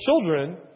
children